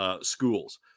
schools